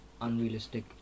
unrealistic